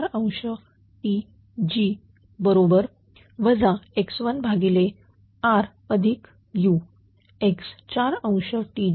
Tg x1R u x4